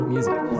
Music